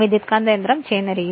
transformer ചെയ്ത രീതി